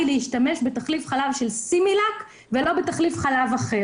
להשתמש בתחליף חלב של סימילאק ולא באחר.